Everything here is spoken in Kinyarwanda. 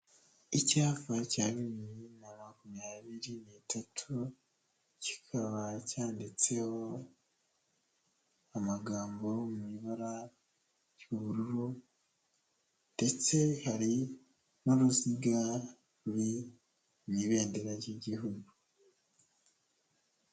Icyapa cya bibiri na makumyabiri n'itatu kikaba cyanditseho amagambo mu ibara ry'ubururu ndetse hari n'uruziga ruri mu ibendera ry'igihugu.